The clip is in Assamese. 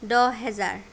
দহ হেজাৰ